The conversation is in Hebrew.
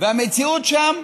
והמציאות שם